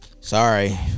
Sorry